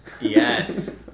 Yes